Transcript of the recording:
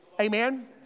Amen